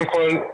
קודם כל,